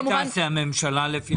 מה תעשה הממשלה לפי דעתך?